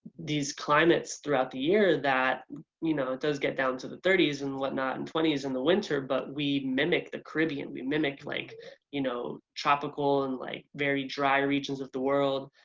these climates throughout the year that you know it does get down to the thirty s and whatnot and twenty is in the winter, but we mimic the caribbean. we mimic like you know tropical and like very dry regions of the world,